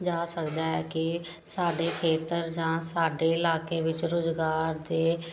ਜਾ ਸਕਦਾ ਹੈ ਕਿ ਸਾਡੇ ਖੇਤਰ ਜਾਂ ਸਾਡੇ ਇਲਾਕੇ ਵਿੱਚ ਰੁਜ਼ਗਾਰ ਦੇ